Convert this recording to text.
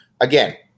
again